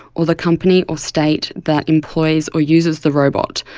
or the company or state that employs or uses the robot?